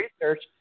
research